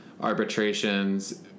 arbitrations